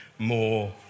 more